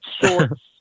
shorts